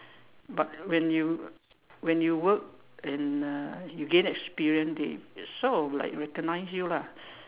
but when you when you work and uh you gain experience they sort of like recognise you lah